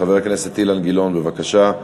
חבר הכנסת אילן גילאון, בבקשה.